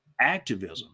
activism